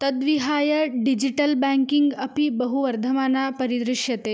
तद्विहाय digital banking अपि बहु वर्धमानं परिदृश्यते